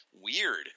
Weird